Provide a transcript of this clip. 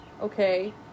Okay